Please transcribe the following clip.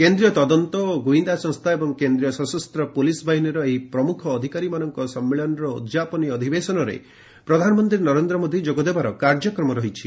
କେନ୍ଦୀୟ ତଦନ୍ତ ଓ ଗୁଇନ୍ଦା ସଂସ୍ଥା ଏବଂ କେନ୍ଦ୍ରୀୟ ସଶସ୍ତ ପୁଲିସ୍ ବାହିନୀର ଏହି ପ୍ରମୁଖ ଅଧିକାରୀମାନଙ୍କ ସମ୍ମିଳନୀର ଉଦ୍ଯାପନୀ ଅଧିବେଶନରେ ପ୍ରଧାନମନ୍ତ୍ରୀ ନରେନ୍ଦ ମୋଦି ଯୋଗ ଦେବାର କାର୍ଯ୍ୟକ୍ମ ରହିଛି